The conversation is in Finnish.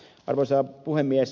arvoisa puhemies